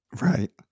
Right